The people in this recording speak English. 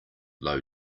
low